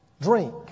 drink